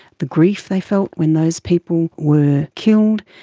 the grief they felt when those people were killed,